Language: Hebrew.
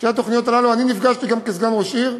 שתי התוכניות האלה, אני נפגשתי, גם כסגן ראש עיר,